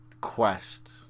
quest